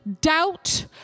doubt